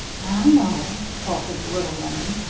i know, faltered the little woman.